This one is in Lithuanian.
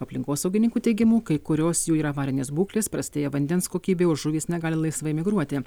aplinkosaugininkų teigimu kai kurios jų yra avarinės būklės prastėja vandens kokybė o žuvys negali laisvai migruoti